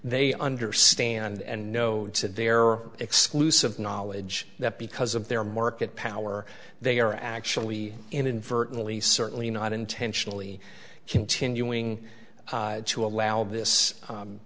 they understand and know that there are exclusive knowledge that because of their market power they are actually inadvertently certainly not intentionally continuing to allow this